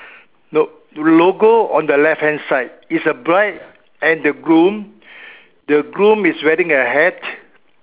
nope logo on the left hand side is a bride and the groom the groom is wearing a hat